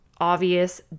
obvious